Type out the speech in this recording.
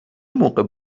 موقع